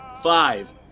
Five